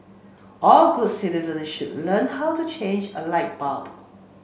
all good citizen should learn how to change a light bulb